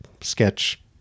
sketch